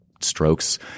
strokes